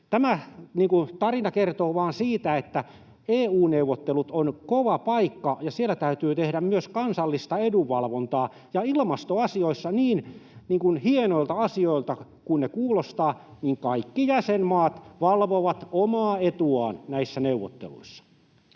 Tämä tarina kertoo vain siitä, että EU-neuvottelut ovat kova paikka ja siellä täytyy tehdä myös kansallista edunvalvontaa. Ja ilmastoasioissa, niin hienoilta asioilta kuin ne kuulostavat, kaikki jäsenmaat valvovat omaa etuaan näissä neuvotteluissa.